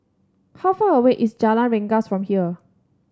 how far away is Jalan Rengas from here